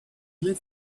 lit